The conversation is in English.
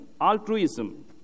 altruism